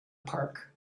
park